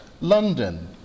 London